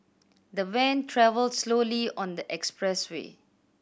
the van travelled slowly on the expressway